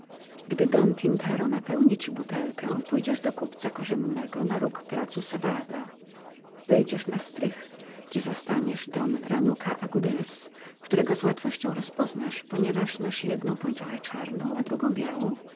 gdy don tintero napełni ci butelkę pójdziesz do kupca korzennego na róg placu cevada wejdziesz na strych gdzie zastaniesz don ranuca agudez którego z łatwością rozpoznasz ponieważ nosi jedną pończochę czarną a drugą białą